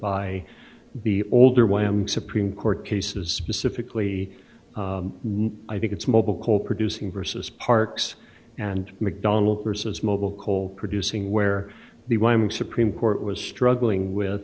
by the older wyoming supreme court cases specifically i think it's mobile co producing versus parks and mcdonald versus mobile coal producing where the wyoming supreme court was struggling with